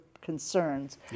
concerns